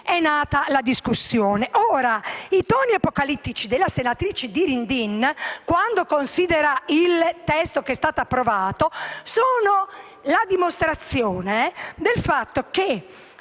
è nata la discussione. Ora, i toni apocalittici, che usa la senatrice Dirindin quando considera il testo approvato, sono la dimostrazione del fatto che,